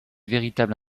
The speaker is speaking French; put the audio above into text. véritable